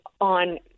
on